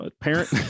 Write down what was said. parent